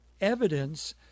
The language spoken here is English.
evidence